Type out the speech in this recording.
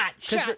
shot